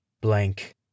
Blank